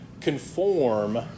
conform